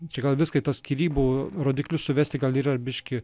čia gal viską į tuos skyrybų rodiklius suvesti gal yra biški